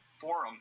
forum